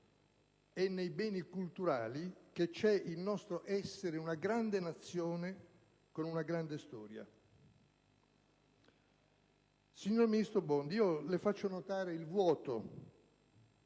È nei beni culturali che c'è il nostro essere una grande Nazione con una grande storia. Signor ministro Bondi, le faccio notare il vuoto